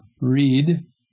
read